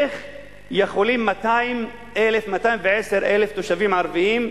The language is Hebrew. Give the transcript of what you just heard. איך יכולים 220,000 תושבים ערבים,